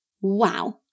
Wow